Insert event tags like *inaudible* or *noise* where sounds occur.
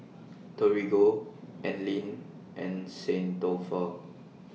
*noise* Torigo Anlene and St Dalfour